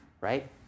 right